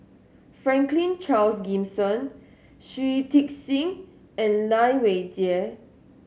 Franklin Charles Gimson Shui Tit Sing and Lai Weijie